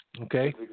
Okay